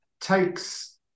takes